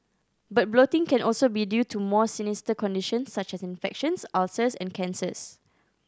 but bloating can also be due to more sinister conditions such as infections ulcers and cancers